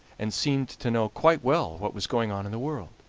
and seemed to know quite well what was going on in the world.